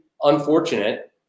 unfortunate